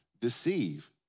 deceive